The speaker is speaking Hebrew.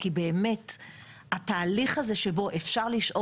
אי אפשר לבוא